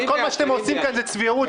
כל מה שאתם עושים כאן זה צביעות,